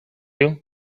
you